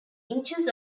inches